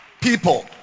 People